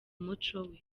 umuco